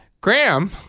Graham